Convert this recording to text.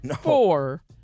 four